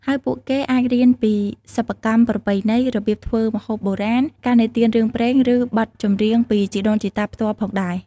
ហើយពួកគេអាចរៀនពីសិប្បកម្មប្រពៃណី របៀបធ្វើម្ហូបបុរាណ ការនិទានរឿងព្រេង ឬបទចម្រៀងពីជីដូនជីតាផ្ទាល់ផងដែរ។